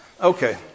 Okay